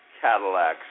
Cadillacs